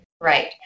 Right